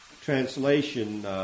translation